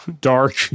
dark